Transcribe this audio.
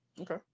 Okay